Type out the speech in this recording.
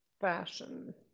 fashion